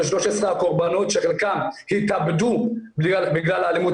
ב-13 הקורבנות שחלקם התאבדו בגלל האלימות